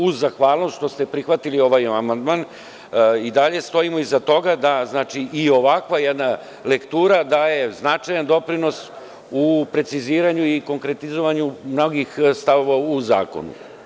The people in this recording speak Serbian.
Uz zahvalnost što ste prihvatili ovaj amandman i dalje stojimo iza toga da i ovakva jedna lektura daje značajan doprinos u preciziranju i konkretizovanju mnogih stavova u zakonu.